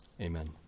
Amen